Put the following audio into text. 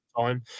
time